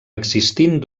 existint